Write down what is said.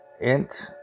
Int